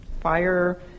fire